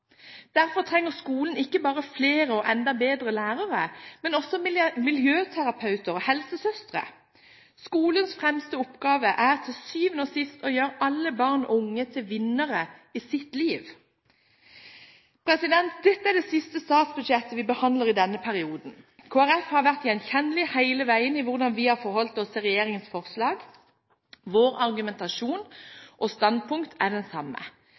Derfor trenger skolen ikke bare flere og enda bedre lærere, men også miljøterapeuter og helsesøstre. Skolens fremste oppgave er til syvende og sist å gjøre alle barn og unge til vinnere i sitt liv. Dette er det siste statsbudsjettet vi behandler i denne perioden. Kristelig Folkeparti har vært gjenkjennelig hele veien med hensyn til hvordan vi har forholdt oss til regjeringens forslag. Vår argumentasjon og våre standpunkt er de samme.